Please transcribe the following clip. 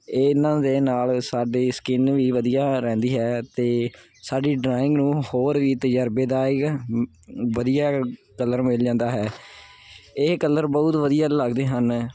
ਇਹਨਾਂ ਦੇ ਨਾਲ ਸਾਡੇ ਸਕਿਨ ਵੀ ਵਧੀਆ ਰਹਿੰਦੀ ਅਤੇ ਸਾਡੀ ਡਰਾਇੰਗ ਨੂੰ ਹੋਰ ਵੀ ਤਜਰਬੇਦਾਇਕ ਵਧੀਆ ਕਲਰ ਮਿਲ ਜਾਂਦਾ ਹੈ ਇਹ ਕਲਰ ਬਹੁਤ ਵਧੀਆ ਲੱਗਦੇ ਹਨ